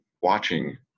watching